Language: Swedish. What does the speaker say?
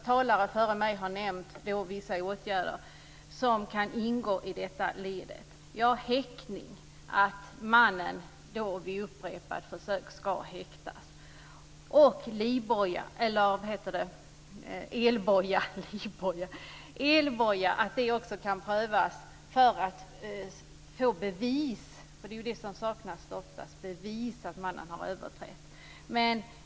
Talare för mig har nämnt vissa åtgärder som kan ingå i detta led, t.ex. att mannen efter upprepade försök ska häktas. Elektronisk boja kan också prövas för att man ska få bevis, vilket ofta är vad som saknas, på mannens överträdelse.